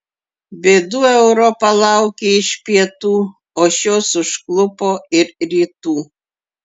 bėdų europa laukė iš pietų o šios užklupo ir rytų